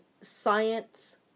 Science